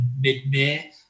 mid-May